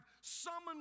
summoned